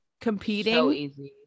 competing